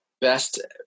best